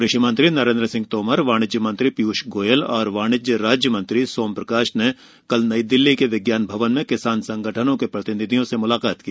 कृषि मंत्री नरेन्द्र सिंह तोमर वाणिज्य मंत्री पीयूष गोयल और वाणिज्य राज्य मंत्री सोम प्रकाश ने कल नई दिल्ली के विज्ञान भवन में किसान संगठनों के प्रतिनिधियों से मुलाकात की